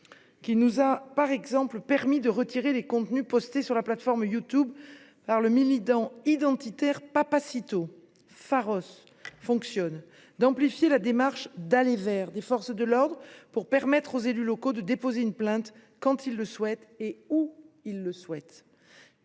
nous a par exemple permis de retirer des contenus postés sur la plateforme YouTube par le militant identitaire Papacito. Nous avons aussi amplifié la démarche « d’aller vers » des forces de l’ordre, pour permettre aux élus locaux de déposer une plainte quand ils le souhaitent et où ils le souhaitent.